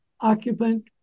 occupant